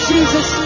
Jesus